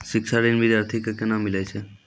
शिक्षा ऋण बिद्यार्थी के कोना मिलै छै?